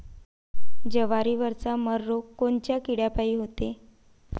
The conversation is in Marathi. जवारीवरचा मर रोग कोनच्या किड्यापायी होते?